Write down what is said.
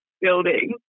building